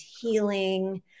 healing